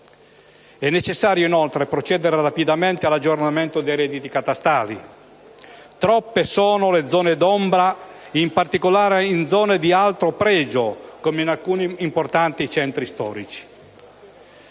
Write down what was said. È necessario inoltre procedere rapidamente all'aggiornamento dei redditi catastali, perché troppe sono le zone d'ombra, in particolare in aree di alto pregio, come in alcuni importanti centri storici.